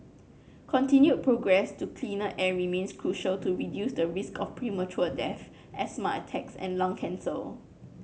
continued progress to cleaner air remains crucial to reduce the risk of premature death asthma attacks and lung cancel